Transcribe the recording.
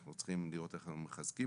אנחנו צריכים לראות איך אנחנו מחזקים